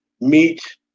meet